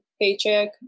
paycheck